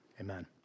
Amen